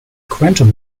quantum